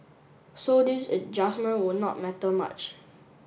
so this adjustment would not matter much